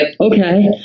okay